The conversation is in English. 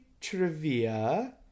trivia